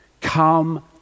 Come